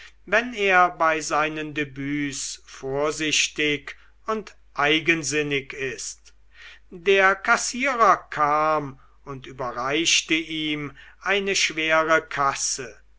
wenn er bei seinen debüts vorsichtig und eigensinnig ist der kassier kam und überreichte ihm eine schwere kasse